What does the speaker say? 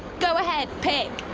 go ahead. pick.